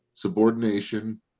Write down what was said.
Subordination